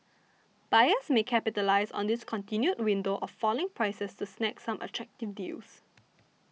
buyers may capitalise on this continued window of falling prices to snag some attractive deals